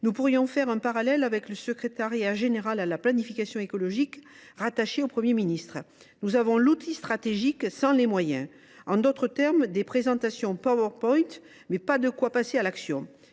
Nous pourrions faire un parallèle avec le secrétariat général à la planification écologique rattaché au Premier ministre : nous avons l’outil stratégique, mais pas les moyens, en d’autres termes, des présentations PowerPoint, mais pas de quoi passer à l’action